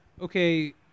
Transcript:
okay